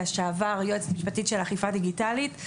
לשעבר יועצת משפטית של אכיפה דיגיטלית.